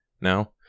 now